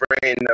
brain